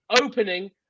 opening